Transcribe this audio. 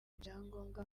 ibyangombwa